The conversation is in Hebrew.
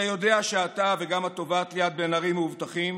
אתה יודע שאתה, וגם התובעת ליאת בן-ארי, מאובטחים